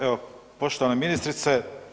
Evo poštovana ministrice.